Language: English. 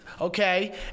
okay